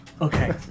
Okay